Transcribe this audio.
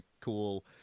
cool